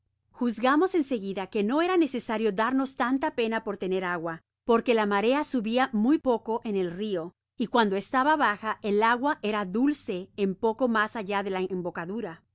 juzgamos en seguida que no era necesario darnos tanta pena por tener agua porque la marea subia muy poco n el rio y cuando estaba baja el agua era dulce un poco mas allá de la embocadura